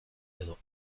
edo